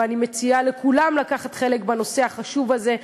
ואני מציעה לכולם לקחת חלק בנושא החשוב הזה,